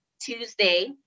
Tuesday